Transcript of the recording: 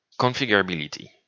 Configurability